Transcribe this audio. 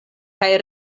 kaj